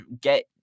get